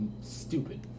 stupid